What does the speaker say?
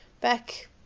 back